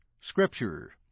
Scripture